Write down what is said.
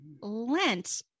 Lent